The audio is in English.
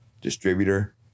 distributor